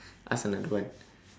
ask another one